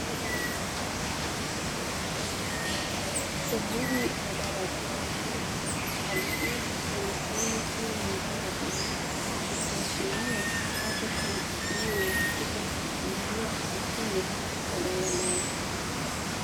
Sehemu ya barabara abiria wamesimama kando ya barabara, ikiashiria wapo kwa namna ya katika kusubiria usafiri wa daladala.